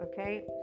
okay